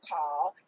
call